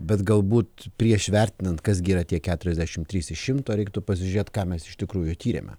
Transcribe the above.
bet galbūt prieš vertinant kas gi yra tie keturiasdešimt trys iš šimto reiktų pasižiūrėti ką mes iš tikrųjų tyrėme